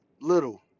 little